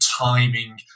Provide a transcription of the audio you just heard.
timing